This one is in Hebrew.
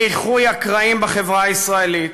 באיחוי הקרעים בחברה הישראלית,